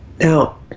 Now